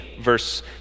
Verse